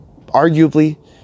arguably